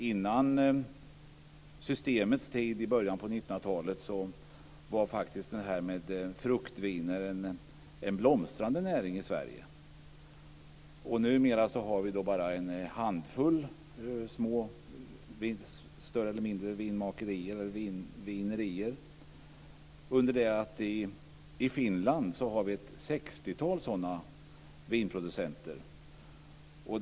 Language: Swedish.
Före Systemets tid i början på 1900-talet var produktionen av fruktviner en blomstrande näring i Sverige, och numera har vi bara en handfull större eller mindre vinmakare. I Finland har man däremot ett sextiotal sådana vinproducenter.